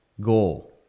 goal